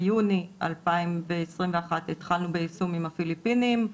ביוני 2021 התחלנו ביישום עם הפיליפינים.